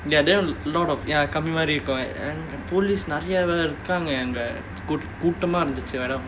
ya there were a lot of ya கம்பி மாறி இருக்குமே:kambi maari irukkumae police நிறைய பேரு இருகாங்க அங்க கூட்டமா இருந்துச்சி வேற:niraiya peru irukkaanga anga koottamaa irunthuchi vera